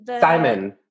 Simon